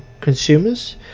consumers